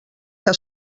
que